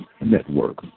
Network